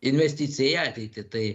investicija į ateitį tai